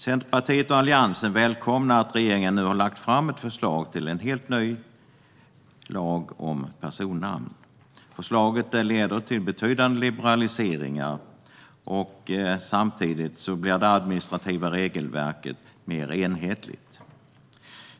Centerpartiet och Alliansen välkomnar att regeringen nu har lagt fram ett förslag till en helt ny lag om personnamn. Förslaget leder till betydande liberaliseringar, och samtidigt blir det administrativa regelverket mer enhetligt.